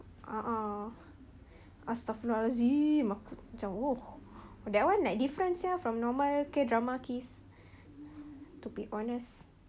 a'ah astagfirullahalazim aku macam !whoa! that one like different sia from normal K drama kiss to be honest